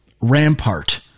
Rampart